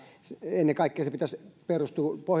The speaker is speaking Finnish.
ennen kaikkea sen pitäisi perustua pohjimmiltaan